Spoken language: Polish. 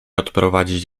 odprowadzić